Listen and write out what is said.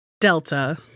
Delta